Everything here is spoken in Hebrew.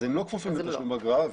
אז הם לא כפופים לתשלום אגרה,